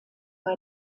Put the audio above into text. bei